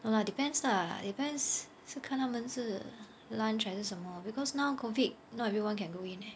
no lah depends lah depends 是看他们是 lunch 还是什么 because now COVID not everyone can go in leh